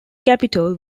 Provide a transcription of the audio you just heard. capital